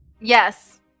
Yes